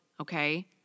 okay